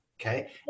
okay